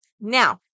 Now